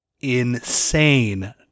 insane